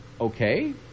Okay